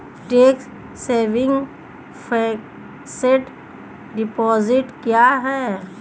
Tax saving fixed deposit क्या है?